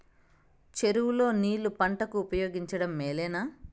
చెరువు లో నీళ్లు పంటలకు ఉపయోగించడం మేలేనా?